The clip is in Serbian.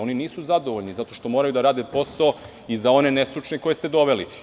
Oni nisu zadovoljni zato što moraju da rade posao i za one nestručne koje ste doveli.